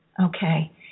okay